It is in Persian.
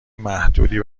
محدودی